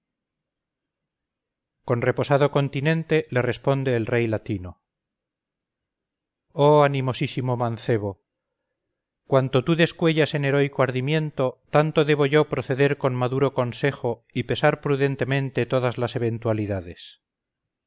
con reposado continente le responde el rey latino oh animosísimo mancebo cuanto tú descuellas en heroico ardimiento tanto debo yo proceder con maduro consejo y pesar prudentemente todas las eventualidades